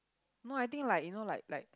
no I think like you know like like